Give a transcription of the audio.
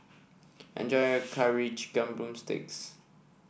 enjoy your Curry Chicken drumstick